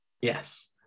Yes